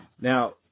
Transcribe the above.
Now